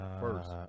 first